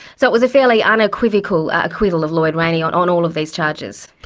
so it was a fairly unequivocal acquittal of lloyd rayney on on all of these charges.